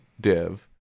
div